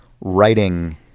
writing